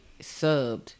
subbed